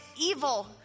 evil